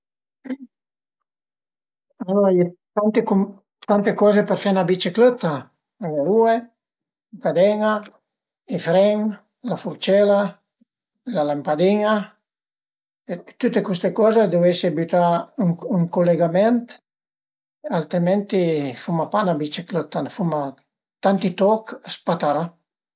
A ie tante coze për fe 'na biciclëtta: le rue, caden-a, i fren, la furcela, la lampadin-a e tüte custe coze a devu esi bütà ën culegament, altrimenti fuma pa 'na biciclëtta, fuma tanti toch spatarà